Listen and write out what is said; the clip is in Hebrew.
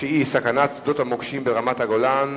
סכנת שדות המוקשים ברמת-הגולן,